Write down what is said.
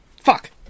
Fuck